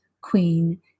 Queen